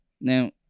Now